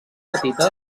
petites